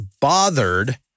bothered